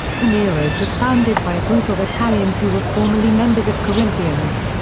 palmeiras was founded by a group of italians who were formerly members of corinthians.